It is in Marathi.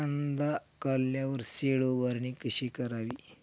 कांदा काढल्यावर शेड उभारणी कशी करावी?